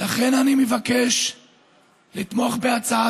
לכן אני מבקש לתמוך בהצעה